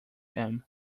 him